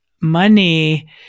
money